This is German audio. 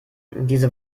diese